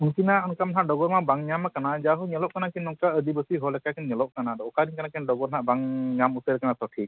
ᱩᱱᱠᱤᱱᱟᱜ ᱚᱱᱠᱟ ᱱᱟᱜ ᱰᱚᱜᱚᱨ ᱢᱟ ᱵᱟᱝ ᱧᱟᱢ ᱠᱟᱱᱟ ᱡᱟᱦᱳ ᱧᱮᱞᱚᱜ ᱠᱟᱱᱟᱠᱤᱱ ᱱᱚᱝᱠᱟ ᱟᱹᱫᱤᱵᱟᱥᱤ ᱦᱚᱲ ᱞᱮᱠᱟ ᱠᱤᱱ ᱧᱮᱞᱚᱜ ᱠᱟᱱᱟ ᱟᱫᱚ ᱚᱠᱟᱨᱮᱱ ᱠᱟᱱᱟᱠᱤᱱ ᱰᱚᱜᱚᱨ ᱱᱟᱜ ᱵᱟᱝ ᱧᱟᱢ ᱩᱛᱟᱹᱨ ᱠᱟᱱᱟ ᱥᱚᱴᱷᱤᱠ